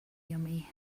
yummy